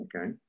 Okay